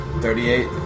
Thirty-eight